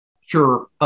Sure